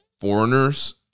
foreigners